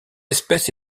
espèce